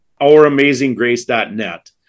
Ouramazinggrace.net